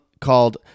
called